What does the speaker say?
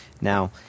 Now